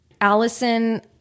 Allison